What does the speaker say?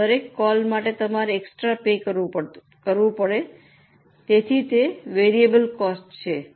અને દરેક કોલ માટે તમારે એક્સટ્રા પે કરવું પડે તેથી તે વેરિયેબલ કોસ્ટ છે